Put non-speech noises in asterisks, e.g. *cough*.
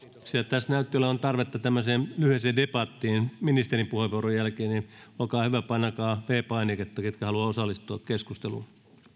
tässä näytti olevan tarvetta tämmöiseen lyhyeen debattiin ministerin puheenvuoron jälkeen *unintelligible* joten olkaa hyvä ja painakaa viides painiketta ketkä haluavat osallistua keskusteluun